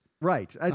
Right